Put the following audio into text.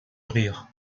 rire